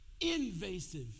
invasive